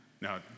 Now